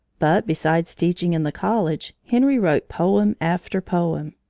but, besides teaching in the college, henry wrote poem after poem.